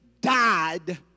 died